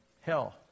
hell